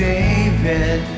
David